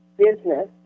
business